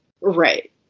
right